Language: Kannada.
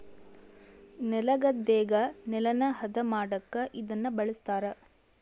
ನೆಲಗದ್ದೆಗ ನೆಲನ ಹದ ಮಾಡಕ ಇದನ್ನ ಬಳಸ್ತಾರ